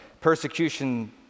Persecution